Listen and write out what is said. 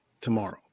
tomorrow